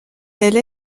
elle